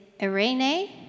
erene